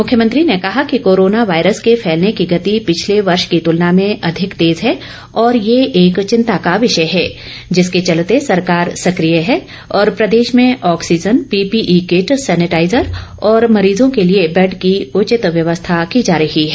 मुख्यमंत्री ने कहा कि कोरोना वायरस के फैलने की गति पिछले वर्ष की तूलना में अधिक तेज है और ये एक चिंता का विषय है जिसके चलते सरकार सक्रिय है और प्रदेश में ऑक्सीजन पीपीई किट सेनेटाइजर और मरीजों के लिए बेड की उचित व्यवस्था की जा रही है